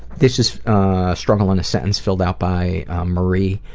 this is struggle in a sentence filled out by marie.